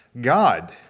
God